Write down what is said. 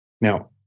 now